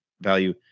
value